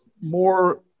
more